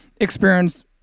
experience